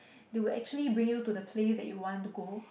they will actually bring you to the place that you want to go